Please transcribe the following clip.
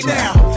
now